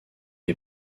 est